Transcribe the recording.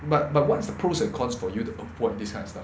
but but what's the pros and cons for you to avoid this kind of stuff